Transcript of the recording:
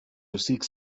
received